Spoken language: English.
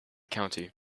county